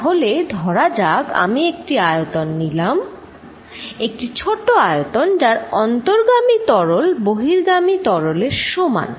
তাহলে ধরা যাক আমি একটি আয়তন নিলাম একটি ছোট আয়তন যার অভ্যন্তর্গামী তরল বহির্গামী তরলের সমান